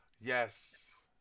Yes